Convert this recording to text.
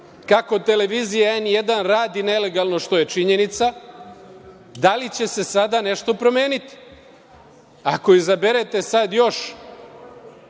kako televizija „N1“ radi nelegalno, što je činjenica. Da li će se sada nešto promeniti? Ako izaberete sada još